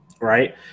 right